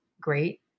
great